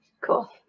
cool